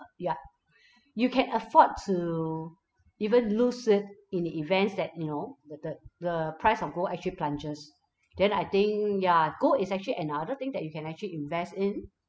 you're you can afford to even lose it in the events that you know the the the price of gold actually plunges then I think ya gold is actually another thing that you can actually invest in